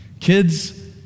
Kids